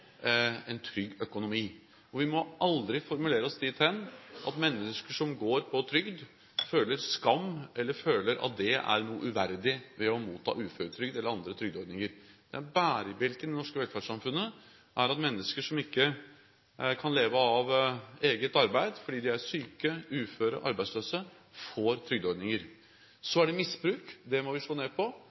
en trygg økonomi, og vi må aldri formulere oss dit hen at mennesker som går på trygd, føler skam eller føler at det er noe uverdig ved å motta uføretrygd eller andre trygdeordninger. Bærebjelken i det norske velferdssamfunnet er at mennesker som ikke kan leve av eget arbeid fordi de er syke, uføre eller arbeidsløse, får trygdeordninger. Så er det misbruk – det må vi slå ned på.